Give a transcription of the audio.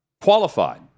qualified